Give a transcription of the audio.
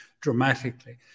dramatically